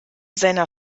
seiner